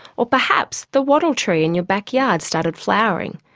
or perhaps the wattle tree in your backyard started flowering.